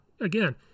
again